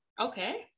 Okay